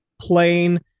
plain